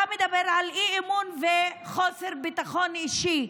אתה מדבר על אי-אמון וחוסר ביטחון אישי.